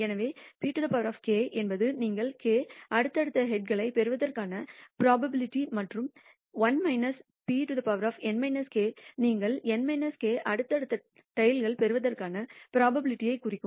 எனவே pk என்பது நீங்கள் k அடுத்தடுத்த ஹெட்களைப் பெறுவதற்கான புரோபாபிலிடி மற்றும் 1 p நீங்கள் n k அடுத்தடுத்த டைல்களை பெறுவதற்கான புரோபாபிலிடிஐக் குறிக்கும்